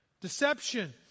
deception